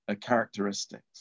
characteristics